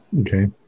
Okay